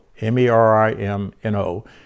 M-E-R-I-M-N-O